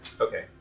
Okay